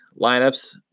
lineups